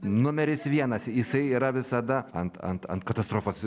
numeris vienas jisai yra visada ant ant ant katastrofos